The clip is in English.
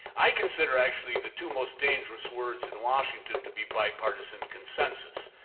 i consider actually the two most dangerous words in washington to be bipartisan consensus.